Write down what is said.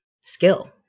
skill